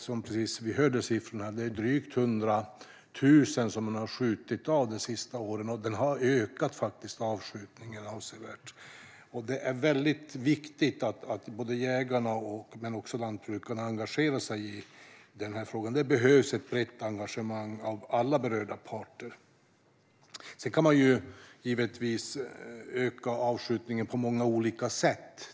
Som vi hörde har man skjutit av drygt 100 000 under de senaste åren, och avskjutningen har ökat avsevärt. Det är mycket viktigt att både jägarna och lantbrukarna engagerar sig i denna fråga. Det behövs ett brett engagemang från alla berörda parter. Man kan givetvis öka avskjutningen på många olika sätt.